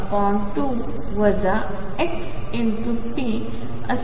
असे परिभाषित केले आहे